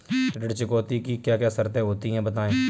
ऋण चुकौती की क्या क्या शर्तें होती हैं बताएँ?